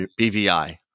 BVI